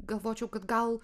galvočiau kad gal